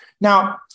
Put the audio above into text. Now